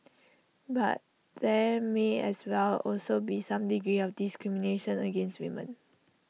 but there may as well also be some degree of discrimination against women